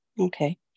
okay